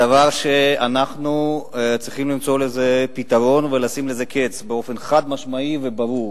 דבר שאנחנו צריכים למצוא לו פתרון ולשים לו קץ באופן חד-משמעי וברור,